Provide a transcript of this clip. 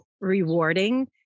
rewarding